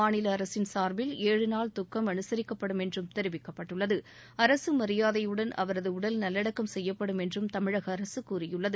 மாநில அரசின் சார்பில் ஏழு நாள் துக்கம் அனுசரிக்கப்படும் என்றும் தெரிவிக்கப்பட்டுள்ளது அரசு மரியாதையுடன் அவரது உடல் நல்லடக்கம் செய்யப்படும் என்றும் தமிழக அரசு கூறியுள்ளது